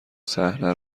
صحنه